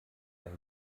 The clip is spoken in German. ein